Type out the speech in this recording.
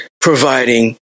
providing